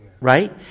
right